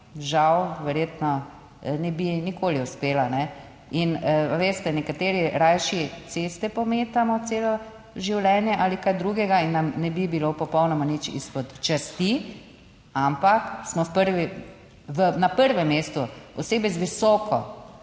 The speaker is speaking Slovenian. žal verjetno ne bi nikoli uspela. In veste, nekateri rajši ceste pometamo celo življenje ali kaj drugega in nam ne bi bilo popolnoma nič izpod časti, ampak smo prvi, na prvem mestu osebe z visoko